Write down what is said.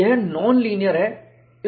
यह non linear है इस रूप में है